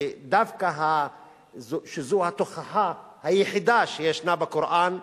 דווקא כי זו התוכחה היחידה שישנה בקוראן,